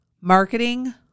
marketing